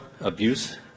abuse